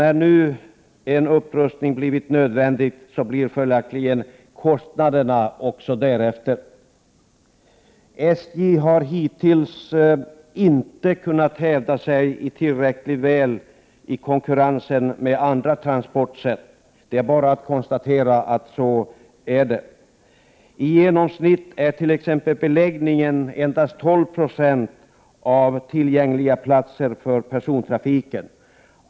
När nu en upprustning är en nödvändighet blir kostnaderna följaktligen därefter. Hittills har SJ inte kunnat hävda sig tillräckligt väl i konkurrensen med andra på transportområdet. Det är bara att konstatera att så är fallet. I genomsnitt har man t.ex. endast 12 26 beläggning när det gäller antalet tillgängliga platser i persontrafiken.